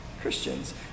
Christians